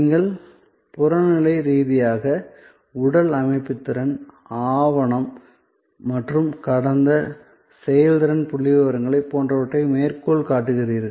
நீங்கள் புறநிலை ரீதியாக உடல் அமைப்பு திறன் ஆவணம் மற்றும் கடந்த செயல்திறன் புள்ளிவிவரங்கள் போன்றவற்றை மேற்கோள் காட்டுகிறீர்கள்